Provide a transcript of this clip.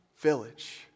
village